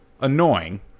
annoying